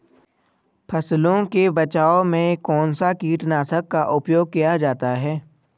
फसलों के बचाव में कौनसा कीटनाशक का उपयोग किया जाता है?